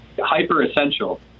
hyper-essential